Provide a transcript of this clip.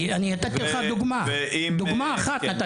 זאת מסגרת הדיון.